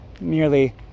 merely